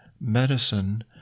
medicine